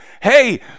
Hey